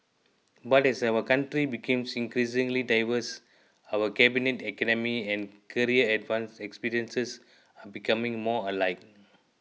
but as our country becomes increasingly diverse our cabinet academic and career experiences becoming more alike